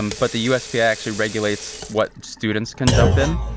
um but the u s b actually regulates what students can jump in.